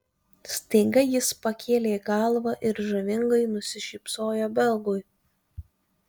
staiga jis pakėlė galvą ir žavingai nusišypsojo belgui